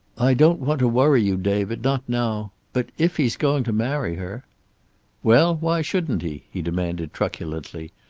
i don't want to worry you, david. not now. but if he's going to marry her well, why shouldn't he? he demanded truculently.